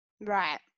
Right